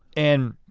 and